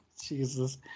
Jesus